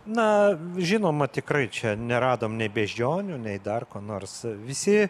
na žinoma tikrai čia neradom nei beždžionių nei dar ko nors visi